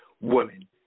Women